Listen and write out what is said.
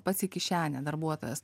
pats į kišenę darbuotojas